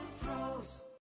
Pros